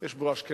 יש בו אשכנזים,